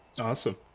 Awesome